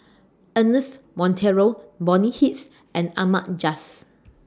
Ernest Monteiro Bonny Hicks and Ahmad Jais